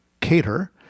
Cater